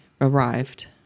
arrived